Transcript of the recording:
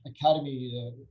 academy